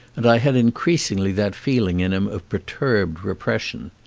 and i had increasingly that feeling in him of per turbed repression.